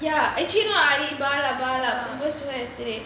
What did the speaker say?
ya actaully not aari bala bala propose to her yesterday